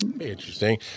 interesting